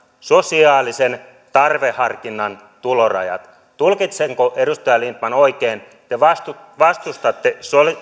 sosiaaliseen tarveharkintaan tulorajat tulkitsenko edustaja lindtman oikein te vastustatte